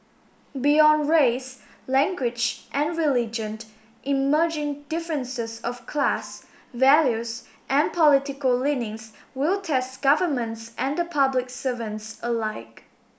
beyond race language and religion emerging differences of class values and political leanings will test governments and the public servants alike